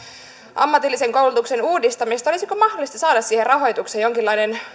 ammatillisen koulutuksen uudistamisesta olisiko mahdollista saada siihen rahoitukseen jonkinlainen